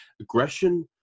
aggression